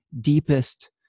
deepest